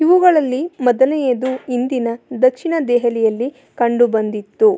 ಇವುಗಳಲ್ಲಿ ಮೊದಲನೆಯದು ಇಂದಿನ ದಕ್ಷಿಣ ದೆಹಲಿಯಲ್ಲಿ ಕಂಡುಬಂದಿತ್ತು